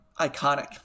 iconic